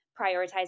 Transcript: prioritize